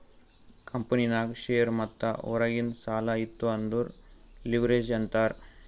ಕಂಪನಿನಾಗ್ ಶೇರ್ ಮತ್ತ ಹೊರಗಿಂದ್ ಸಾಲಾ ಇತ್ತು ಅಂದುರ್ ಲಿವ್ರೇಜ್ ಅಂತಾರ್